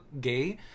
gay